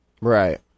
Right